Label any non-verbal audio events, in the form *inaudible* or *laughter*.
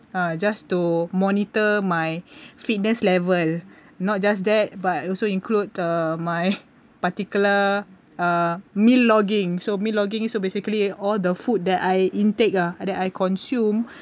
ah just to monitor my *breath* fitness level not just that but also include uh my particular uh meal logging so meal logging so basically all the food that I intake ah that I consume *breath*